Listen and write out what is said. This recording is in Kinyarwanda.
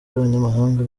b’abanyamahanga